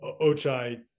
Ochai